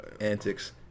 antics